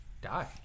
die